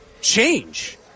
change